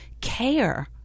care